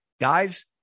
guys